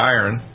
Iron